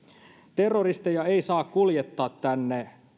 terroristeja ei saa kuljettaa tänne